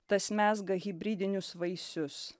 tas mezga hibridinius vaisius